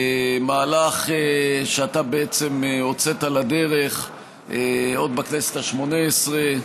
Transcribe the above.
מהלך שאתה הוצאת לדרך עוד בכנסת השמונה עשרה,